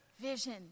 vision